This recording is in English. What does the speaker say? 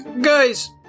guys